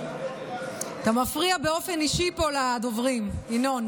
אתה מפריע באופן אישי פה לדוברים, ינון.